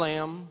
Lamb